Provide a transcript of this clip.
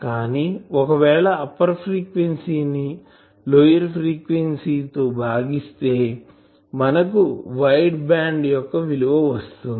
కానీ ఒకవేళ upper frequency ని లోయర్ ఫ్రీక్వెన్సీ ని బాగీస్తే మనకు వైడ్ బ్యాండ్ యొక్క విలువ వస్తుంది